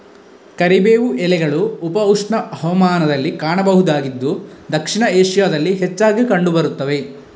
ಕರಿಬೇವು ಎಲೆಗಳು ಉಪ ಉಷ್ಣ ಹವಾಮಾನದಲ್ಲಿ ಕಾಣಬಹುದಾಗಿದ್ದು ದಕ್ಷಿಣ ಏಷ್ಯಾದಲ್ಲಿ ಹೆಚ್ಚಾಗಿ ಕಂಡು ಬರುತ್ತವೆ